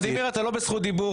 ולדימיר, אתה לא בזכות דיבור.